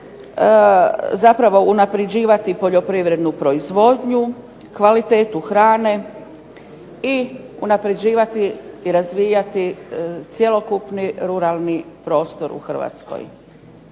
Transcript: zapravo unapređivati poljoprivrednu proizvodnju, kvalitetu hrane, i unapređivati i razvijati cjelokupni ruralni prostor u Hrvatskoj.